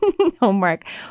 homework